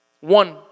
One